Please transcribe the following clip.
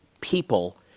people